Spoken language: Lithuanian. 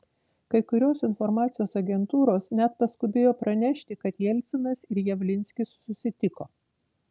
kai kurios informacijos agentūros net paskubėjo pranešti kad jelcinas ir javlinskis susitiko